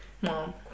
mom